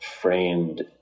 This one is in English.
framed